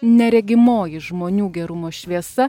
neregimoji žmonių gerumo šviesa